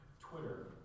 Twitter